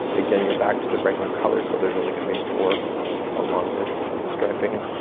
again you're back to the regular color so there's only gonna be four along this striping